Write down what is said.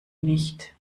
nicht